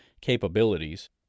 capabilities